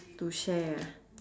to share ah